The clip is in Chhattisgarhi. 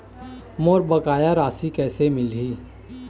मोर बकाया राशि कैसे मिलही?